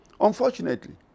Unfortunately